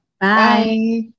Bye